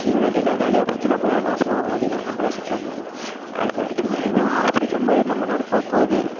ஜீவநதி எல்லாம் காலியாக போச்சுன்னா அப்புறம் என்ன நாசமாகதான் போக வேண்டி தான் நம்மளாம் செத்து தான் போகணும் அதுக்கு அடுத்தது என்ன ஆஃப்ரிக்கா மாதிரி நம்ம நாடு போகப் போகுது